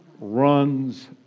runs